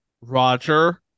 Roger